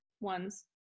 ones